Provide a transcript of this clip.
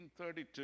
1932